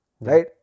right